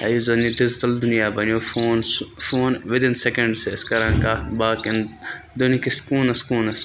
یا یُس زَن یہِ ڈجِٹَل دُنیا بَنیو فونہ سُہ فون وِد اِن سیٚکنٛڈ چھِ أسۍ کَران کَتھ باقیَن دُنیاۂکِس کوٗنَس کوٗنَ س